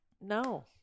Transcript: no